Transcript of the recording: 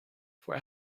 for